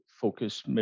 focus